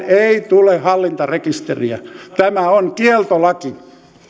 ei tule hallintarekisteriä tämä on kieltolaki